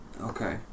Okay